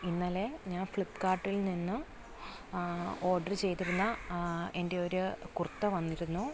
ഇന്നലെ ഞാന് ഫ്ലിപ്കാര്ട്ടില് നിന്നും ഓഡര് ചെയ്തിരുന്ന എന്റെ ഒരു കുര്ത്ത വന്നിരുന്നു